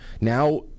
Now